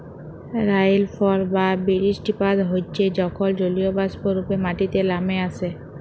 রাইলফল বা বিরিস্টিপাত হচ্যে যখল জলীয়বাষ্প রূপে মাটিতে লামে আসে